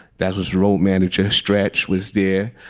that was road manager stretch was there.